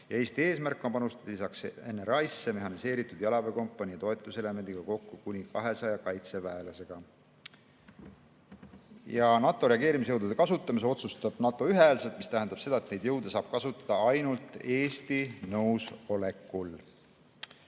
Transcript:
Eesti eesmärk on panustada lisaks NRI-sse mehhaniseeritud jalaväekompanii ja toetuselemendiga kokku kuni 200 kaitseväelasega. NATO reageerimisjõudude kasutamise otsustab NATO ühehäälselt, mis tähendab seda, et neid jõude saab kasutada ainult Eesti nõusolekul.